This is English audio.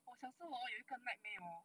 我小时候有一个 nightmare hor